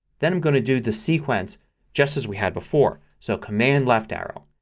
then i'm going to do the sequence just as we had before. so command left arrow.